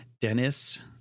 Dennis